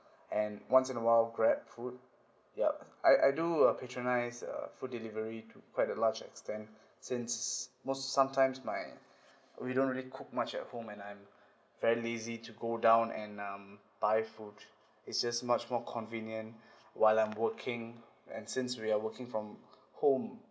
and once in a while Grabfood yup I I do uh patronise uh food delivery to quite a large extent since most sometimes my we don't really cook much at home and I'm very lazy to go down and um buy food it's just much more convenient while I'm working and since we are working from home